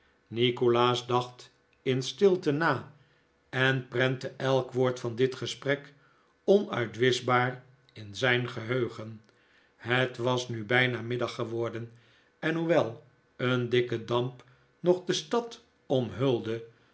nikolaas dacht in stilte na en prentte elk woord van dit gesprek onuitwischbaar in zijn geheugen het was nu bijna middag geworden en hoewel een dikke damp nog de stad omhulde